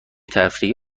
تفریحی